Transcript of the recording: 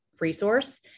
resource